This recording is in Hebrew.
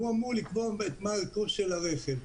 והוא אמור לקבוע מה ערכו של הרכב.